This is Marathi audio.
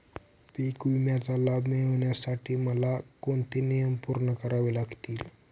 पीक विम्याचा लाभ मिळण्यासाठी मला कोणते नियम पूर्ण करावे लागतील?